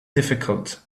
difficult